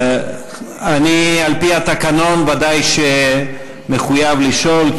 אני על-פי התקנון ודאי שמחויב לשאול,